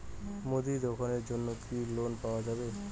মুদি দোকানের জন্যে কি লোন পাওয়া যাবে?